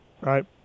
Right